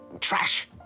trash